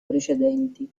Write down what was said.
precedenti